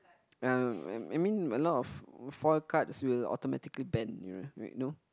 uh I mean a lot of foil cards will automatically bend wait no